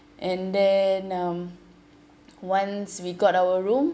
and then um once we got our room